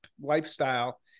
lifestyle